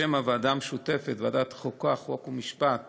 בשם הוועדה המשותפת, ועדת החוקה, חוק ומשפט